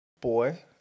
boy